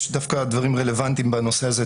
יש דווקא דברים רלוונטיים בנושא הזה.